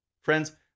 Friends